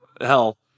Hell